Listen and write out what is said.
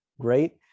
great